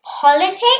politics